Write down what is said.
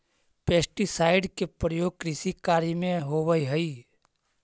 pesticide के प्रयोग कृषि कार्य में होवऽ हई